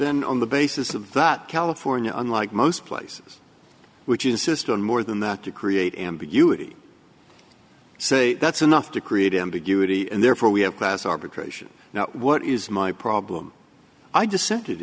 then on the basis of that california unlike most places which is a system more than that to create ambiguity say that's enough to create ambiguity and therefore we have class arbitration now what is my problem i dissent